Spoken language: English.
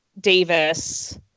Davis